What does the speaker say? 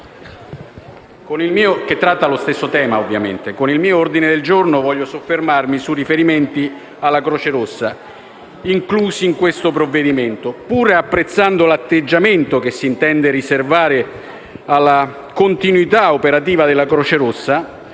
con il mio ordine del giorno G2.100 voglio soffermarmi sui riferimenti alla Croce Rossa inclusi in questo provvedimento. Pur apprezzando l'atteggiamento che si intende riservare alla continuità operativa della Croce Rossa,